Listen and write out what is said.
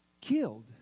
killed